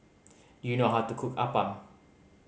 do you know how to cook appam